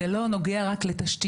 זה לא נוגע רק לתשתיות,